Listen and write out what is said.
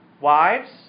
wives